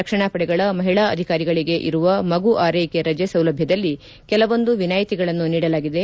ರಕ್ಷಣಾ ಪಡೆಗಳ ಮಹಿಳಾ ಅಧಿಕಾರಿಗಳಿಗೆ ಇರುವ ಮಗು ಆರೈಕೆ ರಜೆ ಸೌಲಭ್ಯದಲ್ಲಿ ಕೆಲವೊಂದು ವಿನಾಯಿತಿಗಳನ್ನು ನೀಡಲಾಗಿದೆ